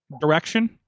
direction